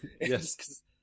yes